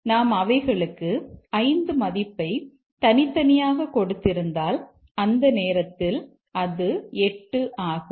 ஆனால் நாம் அவைகளுக்கு 5 மதிப்பைத் தனித்தனியாகக் கொடுத்திருந்தால் அந்த நேரத்தில் அது 8 ஆகும்